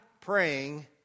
praying